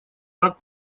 так